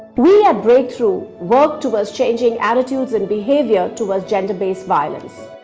we at breakthrough work towards changing attitudes and behavior towards gender-based violence.